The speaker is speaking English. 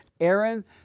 Aaron